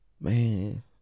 man